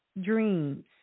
dreams